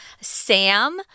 Sam